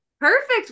Perfect